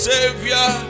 Savior